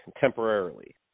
temporarily